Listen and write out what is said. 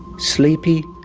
sleepy,